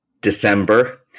December